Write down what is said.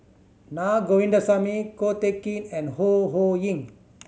Naa Govindasamy Ko Teck Kin and Ho Ho Ying